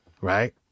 Right